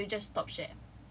ya so you just stop share